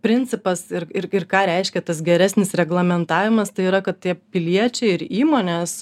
principas ir ir ir ką reiškia tas geresnis reglamentavimas tai yra kad tie piliečiai ir įmonės